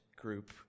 group